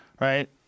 right